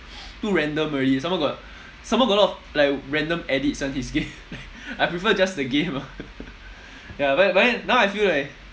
too random already some more got some more got a lot of like random edits [one] his game I prefer just the game ah ya but but then now I feel like